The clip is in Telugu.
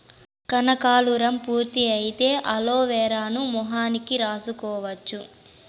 కనకాలురం పూర్తి అయితే అలోవెరాను మొహానికి రాసుకోవచ్చు